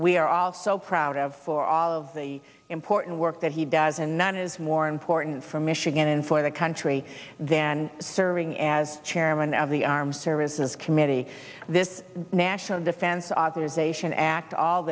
we are all so proud of for all of the important work that he does and that is more important for michigan and for the country than serving as chairman of the armed services committee this national defense a